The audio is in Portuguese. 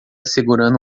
segurando